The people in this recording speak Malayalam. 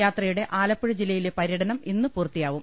യാത്രയുടെ ആലപ്പുഴ ജില്ലയിലെ പര്യടനം ഇന്ന് പൂർത്തിയാവും